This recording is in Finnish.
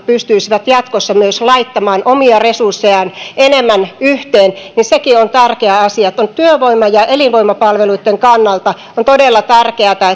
pystyisivät jatkossa myös laittamaan omia resurssejaan enemmän yhteen sekin on tärkeä asia työvoima ja elinvoimapalveluitten kannalta on todella tärkeätä